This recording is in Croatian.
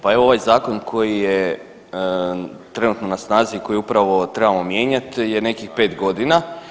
Pa evo, ovaj Zakon koji je trenutno na snazi, koji upravo trebamo mijenjati je nekih 5 godina.